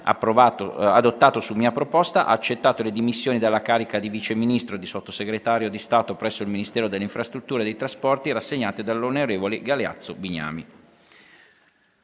adottato su mia proposta, ha accettato le dimissioni dalla carica di Vice Ministro e di Sottosegretario di Stato presso il Ministero delle infrastrutture e dei trasporti rassegnate dall'on. Galeazzo BIGNAMI.